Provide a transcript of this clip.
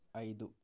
ఐదు